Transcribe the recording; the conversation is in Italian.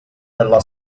della